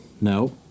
No